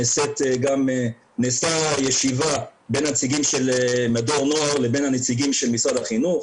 נעשתה ישיבה בין הנציגים של מדור נוער לבין הנציגים של משרד החינוך.